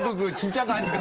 and gentlemen,